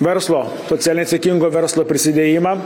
verslo socialiai atsakingo verslo prisidėjimą